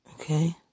okay